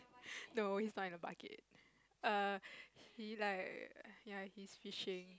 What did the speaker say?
no he's not in the bucket err he like ya he's fishing